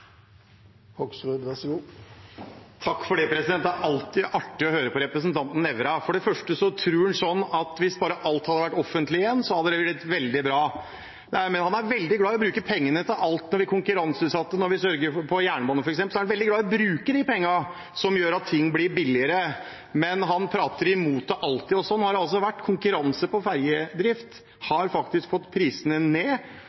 alltid artig å høre på representanten Nævra. For det første tror han at hvis bare alt hadde vært offentlig igjen, ville det blitt veldig bra. Han er veldig glad i å bruke penger på alt vi har konkurranseutsatt, f.eks. jernbane – han er veldig glad i å bruke de pengene som gjør at ting blir billigere, men han prater imot det, alltid. Sånn har det altså vært. Konkurranse på ferjedrift har faktisk fått prisene ned